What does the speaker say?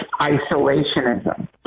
isolationism